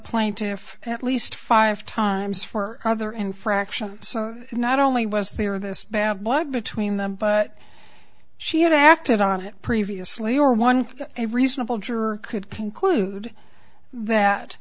plaintiff at least five times for other infractions not only was there this bad blood between them but she had acted on it previously or one a reasonable juror could conclude that